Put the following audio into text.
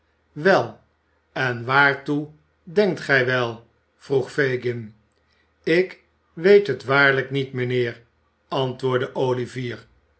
wel en waartoe denkt gij wel vroeg fagin ik weet het waarlijk niet mijnheer antwoordde olivier